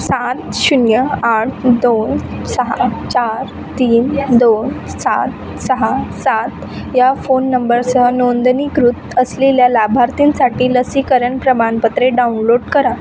सात शून्य आठ दोन सहा चार तीन दोन सात सहा सात या फोन नंबरसह नोंदणीकृत असलेल्या लाभार्थींसाठी लसीकरण प्रमाणपत्रे डाउनलोड करा